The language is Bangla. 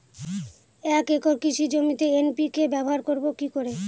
এক একর কৃষি জমিতে এন.পি.কে ব্যবহার করব কি করে?